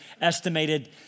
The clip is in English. estimated